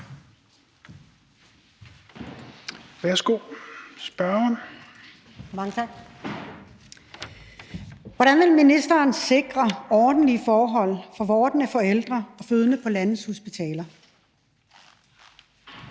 Hvordan vil ministeren sikre ordentlige forhold for vordende forældre og fødende på landets hospitaler?